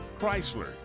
Chrysler